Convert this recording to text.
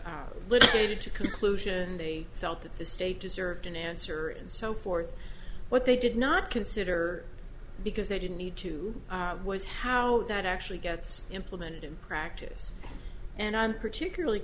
lifted to conclusion they felt that the state deserved an answer and so forth what they did not consider because they didn't need to was how that actually gets implemented in practice and i'm particularly